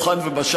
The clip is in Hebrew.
על הדוכן ומשכתי,